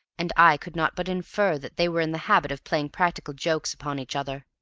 and i could not but infer that they were in the habit of playing practical jokes upon each other.